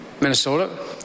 Minnesota